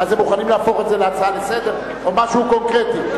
או משהו קונקרטי,